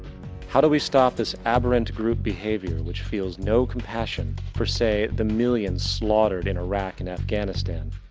how do we stop this aberrant group behavior, which feels no compassion for say, the millions slaughtered in iraq and afghanistan,